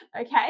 okay